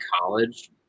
college